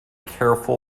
careful